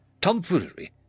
Tomfoolery